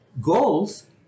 goals